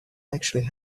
actually